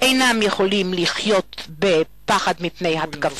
אינם יכולים לחיות בפחד מפני התקפות,